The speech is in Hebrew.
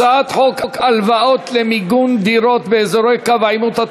הצעת חוק הלוואות למיגון דירות באזורי קו העימות,